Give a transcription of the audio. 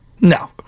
No